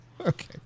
Okay